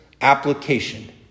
application